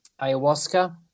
ayahuasca